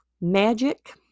Magic